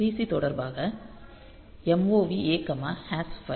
PC தொடர்பாக MOV A 5